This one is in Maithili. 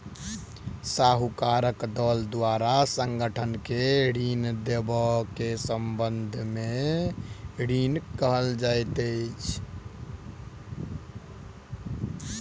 साहूकारक दल द्वारा संगठन के ऋण देबअ के संबंद्ध ऋण कहल जाइत अछि